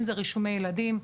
אם זה רישומי ילדים,